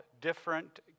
different